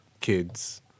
kids